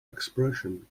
expression